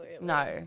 no